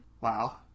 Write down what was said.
Wow